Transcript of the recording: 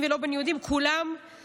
גם ואליד אלהואשלה היה ויאסר